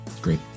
Great